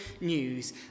news